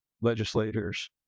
legislators